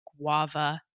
guava